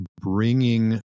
bringing